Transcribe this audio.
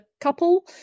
couple